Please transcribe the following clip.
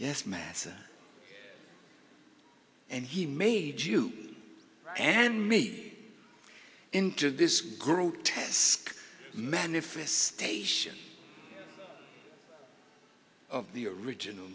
yes massa and he made you and me into this grotesque man if this station of the original